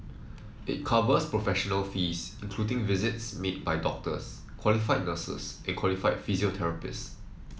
it covers professional fees including visits made by doctors qualified nurses and qualified physiotherapists